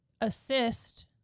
assist